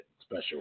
special